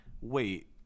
wait